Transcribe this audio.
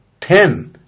ten